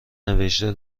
نوشته